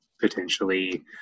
potentially